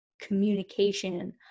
communication